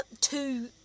two